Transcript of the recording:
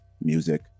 music